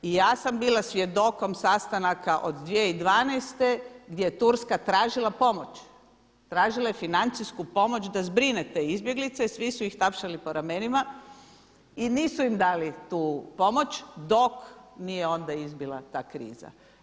I ja sam bila svjedokom sastanaka od 2012. gdje je Turska tražila pomoć, tražila je financijsku pomoć da zbrine te izbjeglice, svi su ih tapšali po ramenima i nisu im dali tu pomoć dok nije onda izbila ta kriza.